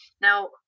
now